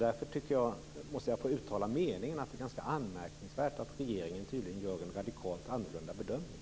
Därför måste jag få uttala meningen att det är ganska anmärkningsvärt att regeringen tydligen gör en radikalt annorlunda bedömning.